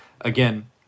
Again